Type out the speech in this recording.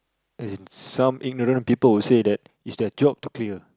as in some ignorant people will say is that it's their job to clear